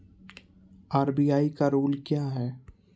RBI का rule क्या हैं?